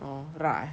orh rak eh